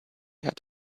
had